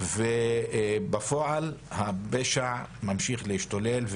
ובפועל הפשע ממשיך להשתולל,